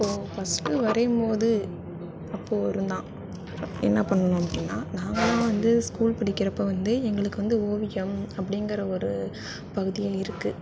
இப்போது ஃபர்ஸ்ட் வரையும் போது அப்போது இருந்தால் என்ன பண்ணனும் அப்படின்னா நான் வந்து ஸ்கூல் படிக்கிறப்போ வந்து எங்களுக்கு வந்து ஓவியம் அப்படிங்கற ஒரு பகுதிகள் இருக்குது